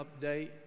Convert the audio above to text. update